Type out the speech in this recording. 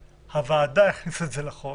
הוועדה הכניסה את זה לחוק,